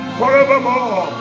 forevermore